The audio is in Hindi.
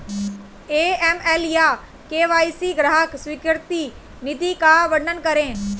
ए.एम.एल या के.वाई.सी में ग्राहक स्वीकृति नीति का वर्णन करें?